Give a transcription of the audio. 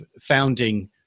founding